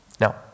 Now